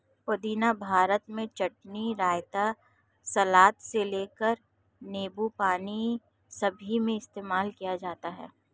पुदीना भारत में चटनी, रायता, सलाद से लेकर नींबू पानी सभी में इस्तेमाल किया जाता है